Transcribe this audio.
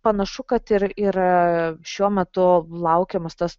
panašu kad ir yra šiuo metu laukiamas tas